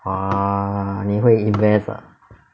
!wah! 你会 invest ah